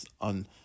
on